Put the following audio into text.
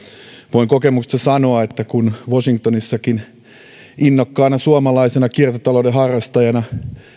voin kokemuksesta sanoa että kun washingtonissakin innokkaana suomalaisena kiertotalouden harrastajana